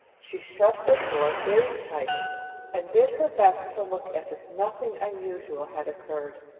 she shut her door very tight and did her best to look as if nothing unusual had occurred.